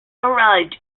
arrive